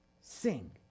Sing